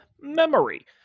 memory